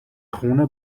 خونه